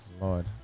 Lord